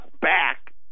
back